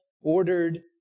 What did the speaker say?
ordered